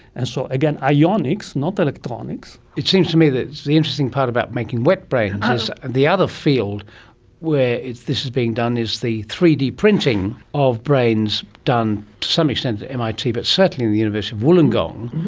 and so again, ionics, not electronics. it seems to me that the interesting part about making wet brains is the other field where this is being done is the three d printing of brains done to some extent at mit but certainly the university of wollongong,